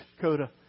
coda